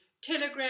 Telegram